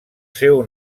seu